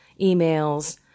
emails